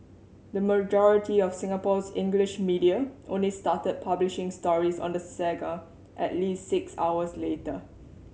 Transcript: the majority of Singapore's English media only started publishing stories on the saga at least six hours later